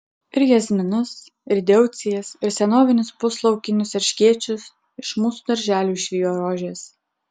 ir jazminus ir deucijas ir senovinius puslaukinius erškėčius iš mūsų darželių išvijo rožės